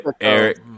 Eric